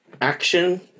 action